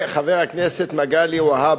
חבר הכנסת מגלי והבה,